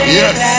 yes